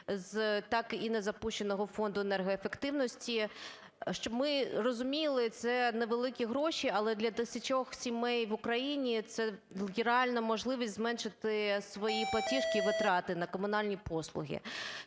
так і незапущеного фонду енергоефективності. Щоб ми розуміли, це невеликі гроші, але для тисячі сімей в Україні це реальна можливість зменшити в своїй платіжці витрати на комунальні послуги.